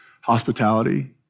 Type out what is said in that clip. hospitality